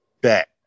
bet